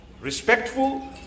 respectful